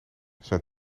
zijn